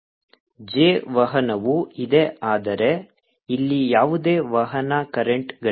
j ವಹನವೂ ಇದೆ ಆದರೆ ಇಲ್ಲಿ ಯಾವುದೇ ವಹನ ಕರೆಂಟ್ಗಳಿಲ್ಲ